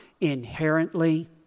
inherently